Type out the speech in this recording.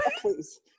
please